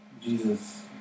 Jesus